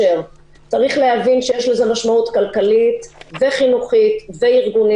רציתי גם להזכיר שהכנסת באה לעגן בחוק כרגע אומנם זה הארכת תקש"ח,